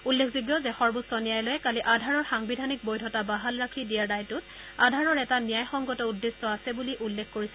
উল্লেখযোগ্য যে সৰ্বোচ্চ ন্যায়ালয়ে কালি আধাৰৰ সাংবিধানিক বৈধতা বাহাল ৰাখি দিয়া ৰায়টোত আধাৰৰ এটা ন্যায়সংগত উদ্দেশ্য আছে বুলি উল্লেখ কৰিছে